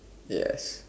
yes